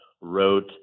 wrote